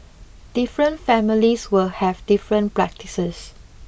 different families will have different practices